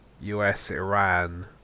US-Iran